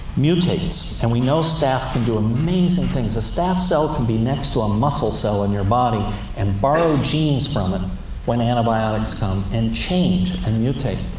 mutates. and we know staph can do amazing things. a staph cell can be next to a muscle cell in your body and borrow genes from it when antibiotics come, and change and mutate.